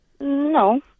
No